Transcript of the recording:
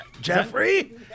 Jeffrey